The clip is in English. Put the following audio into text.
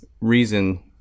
reason